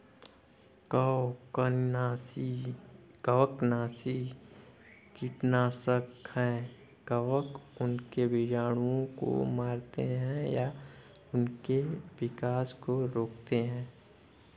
कवकनाशी कीटनाशक है कवक उनके बीजाणुओं को मारते है या उनके विकास को रोकते है